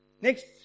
Next